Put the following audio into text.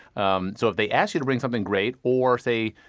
um so if they ask you to bring something, great. or say,